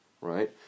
right